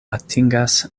atingas